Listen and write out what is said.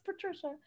Patricia